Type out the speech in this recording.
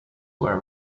where